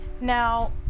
Now